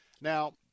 Now